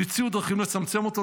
והציעו דרכים לצמצם אותו,